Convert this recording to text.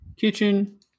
Kitchen